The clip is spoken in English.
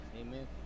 amen